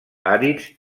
àrids